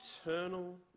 eternal